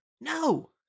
No